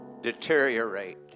deteriorate